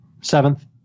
Seventh